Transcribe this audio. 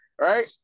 Right